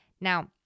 Now